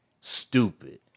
stupid